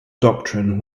doctrine